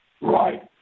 Right